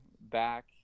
back